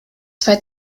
zwei